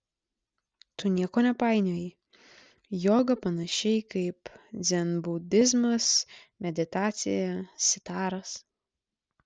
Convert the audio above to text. tu nieko nepainioji joga panašiai kaip dzenbudizmas meditacija sitaras